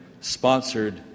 sponsored